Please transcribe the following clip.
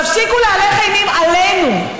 תפסיקו להלך אימים עלינו,